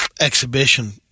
exhibition